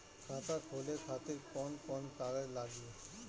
खाता खोले खातिर कौन कौन कागज लागी?